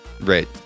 Right